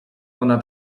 ona